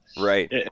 right